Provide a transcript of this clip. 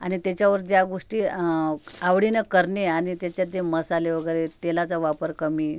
आणि त्याच्यावर ज्या गोष्टी आवडीनं करणे आणि त्याच्यात जे मसाले वगैरे तेलाचा वापर कमी